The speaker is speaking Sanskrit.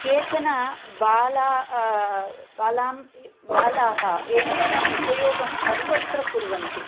केचना बाला बालां बालाः एतेषाम् उपयोगं सर्वत्र कुर्वन्ति